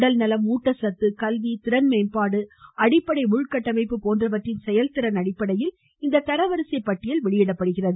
உடல்நலம் ஊட்டச்சத்து கல்வி திறன் மேம்பாடு அடிப்படை உள் கட்டமைப்பு போன்றவற்றின் செயல்திறன் அடிப்படையில் இந்த தரவரிசை பட்டியல் வெளியிடப்படுகிறது